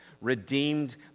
redeemed